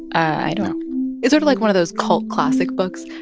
i don't it's sort of, like, one of those cult classic books.